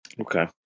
Okay